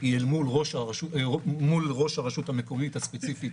היא מול ראש הרשות המקומית הספציפית